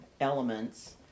elements